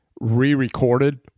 re-recorded